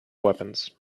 weapons